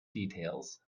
details